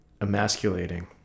emasculating